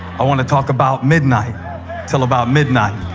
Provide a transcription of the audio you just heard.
i want to talk about midnight until about midnight.